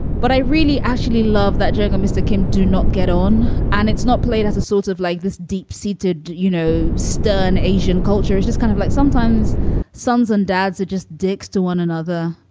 but i really actually love that journal. mr. kim, do not get on. and it's not played as a sort of like this deep seated, you know, stern asian culture is just kind of like sometimes sons and dads are just dicks to one another.